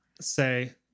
say